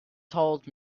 told